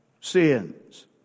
sins